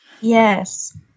Yes